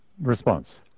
Response